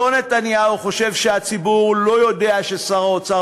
אותו נתניהו חושב שהציבור לא יודע ששר האוצר